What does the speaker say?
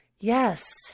Yes